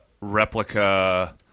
replica